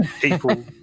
people